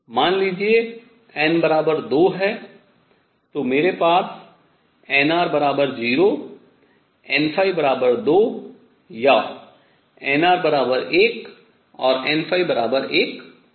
मान लीजिए n2 है तो मेरे पास nr0 n2 या nr1 और n1 हो सकतें है